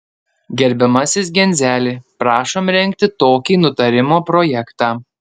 gerbiamasis genzeli prašom rengti tokį nutarimo projektą